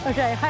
Okay